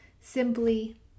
simply